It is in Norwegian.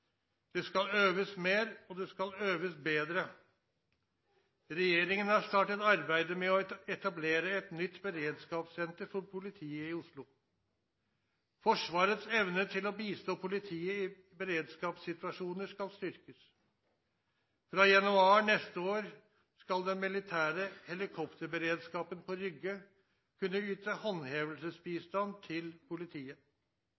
Det skal øves mer, og det skal øves bedre. Regjeringen har startet arbeidet med å etablere et nytt beredskapssenter for politiet i Oslo. Forsvarets evne til å bistå politiet i beredskapssituasjoner skal styrkes. Fra januar neste år skal den militære helikopterberedskapen på Rygge kunne yte